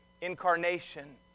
incarnation